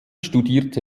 studierte